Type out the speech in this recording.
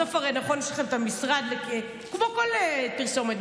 כמו בכל פרסומת,